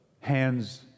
hands